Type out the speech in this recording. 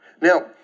Now